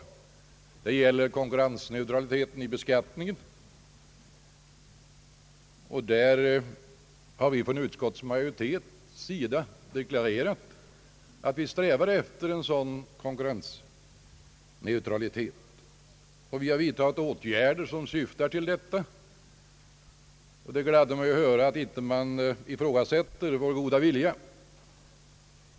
Det gäller t.ex. konkurrensneutraliteten i beskattningen. Vi har i utskottsmajoriteten deklarerat att vi strävar efter en sådan konkurrensneutralitet. Vi har vidtagit åtgärder i enlighet med detta, och det gläder mig att höra att man inte ifrågasätter vår goda vilja.